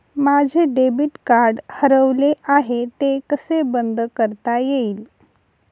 माझे debit card हरवले आहे ते कसे बंद करता येईल?